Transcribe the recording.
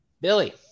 Billy